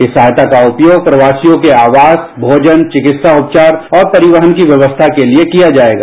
इस सहायता का उपयोग प्रवासियों के आवास भोजन विकित्सा उपचार और परिवहन की व्यवस्था के लिए किया जाएगा